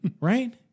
right